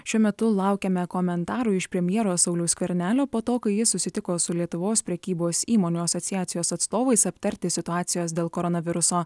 šiuo metu laukiame komentarų iš premjero sauliaus skvernelio po to kai ji susitiko su lietuvos prekybos įmonių asociacijos atstovais aptarti situacijos dėl koronaviruso